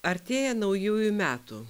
artėja naujųjų metų